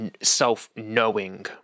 self-knowing